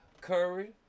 Curry